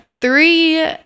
three